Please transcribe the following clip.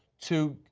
to,